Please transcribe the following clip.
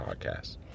podcast